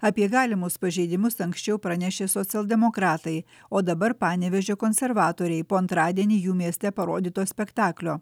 apie galimus pažeidimus anksčiau pranešė socialdemokratai o dabar panevėžio konservatoriai po antradienį jų mieste parodyto spektaklio